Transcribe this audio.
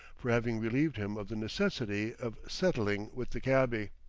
for having relieved him of the necessity of settling with the cabby.